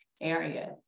area